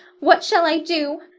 what shall i do?